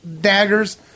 daggers